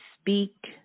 speak